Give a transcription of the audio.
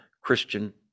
Christian